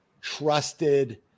trusted